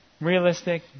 realistic